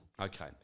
Okay